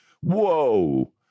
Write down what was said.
whoa